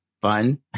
fun